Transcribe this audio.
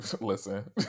Listen